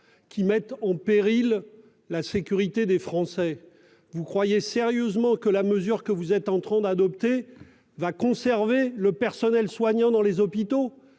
mettent en péril la santé des Français. Croyez-vous vraiment que la mesure que vous êtes en train d'adopter va aider à conserver le personnel soignant dans les hôpitaux ?